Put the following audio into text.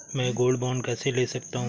मैं gold bond कैसे ले सकता हूँ?